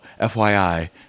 FYI